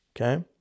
Okay